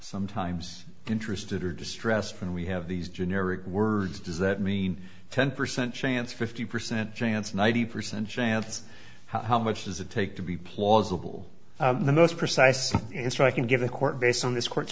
sometimes interested or distressed when we have these generic words does that mean ten percent chance fifty percent chance ninety percent chance how much does it take to be plausible the most precise answer i can give the court based on this court